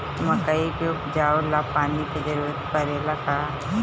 मकई के उपजाव ला पानी के जरूरत परेला का?